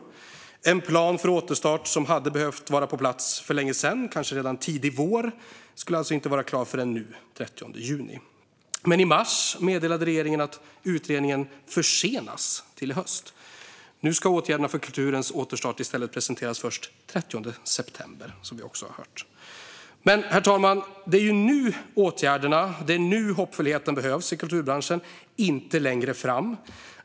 Den plan för återstart som hade behövt vara på plats långt tidigare, kanske tidig vår, skulle alltså inte vara klar förrän nu. Men i mars meddelade regeringen att utredningen försenas till i höst. Nu ska åtgärderna för kulturens återstart presenteras först den 30 september. Herr talman! Det är nu åtgärderna och hoppet behövs i kulturbranschen, inte längre fram.